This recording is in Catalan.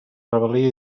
rebel·lia